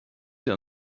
sie